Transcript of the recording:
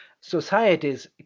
societies